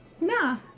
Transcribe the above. Nah